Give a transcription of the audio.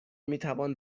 میتوان